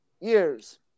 years